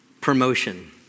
Promotion